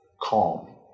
calm